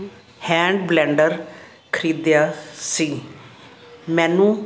hand blender ਖਰੀਦਿਆ ਸੀ ਮੈਨੂੰ